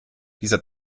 dieser